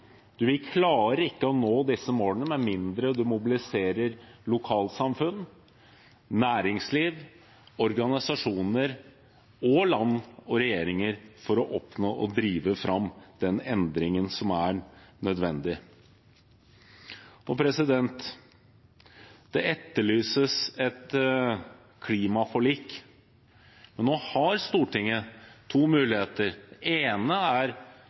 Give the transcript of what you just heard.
ikke å nå disse målene med mindre vi mobiliserer lokalsamfunn, næringsliv, organisasjoner, land og regjeringer for å oppnå og drive fram den endringen som er nødvendig. Det etterlyses et klimaforlik. Men Stortinget har nå to muligheter: Den ene er